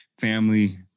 family